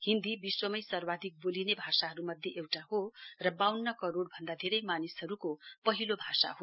हिन्दी विश्वमै सर्वाधिक बोलिने भाषाहरुमध्ये एउटा हो र वाउन्न करोड़ भन्दा धेरै मानिसहरुको पहिलो भाषा हो